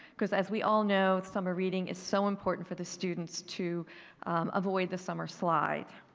because as we all know, summer reading is so important for the students to avoid the summer slide.